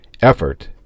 effort